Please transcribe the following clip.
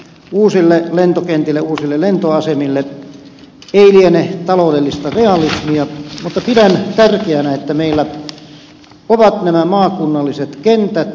uusille lentokentille uusille lentoasemille ei liene taloudellista realismia mutta pidän tärkeänä että meillä ovat nämä maakunnalliset kentät